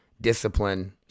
discipline